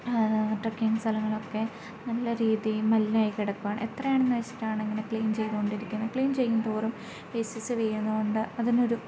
trekking സ്ഥലങ്ങളൊക്കെ നല്ല രീതിയിൽ മലിനമായി കിടക്കുകയാണ് എത്രയാണെന്നു വെച്ചിട്ടാണ് ഇങ്ങനെ ക്ലീൻ ചെയ്തുകൊണ്ടിരിക്കുന്നത് ക്ലീൻ ചെയ്യും തോറും എസ്യൂസെറിയുന്നതു കൊണ്ട് അതിനൊരു